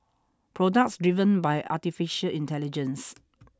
products driven by artificial intelligence